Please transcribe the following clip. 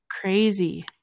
Crazy